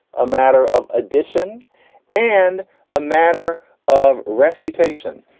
a matter of addition and a matter of refutation.